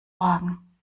wagen